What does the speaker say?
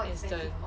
instant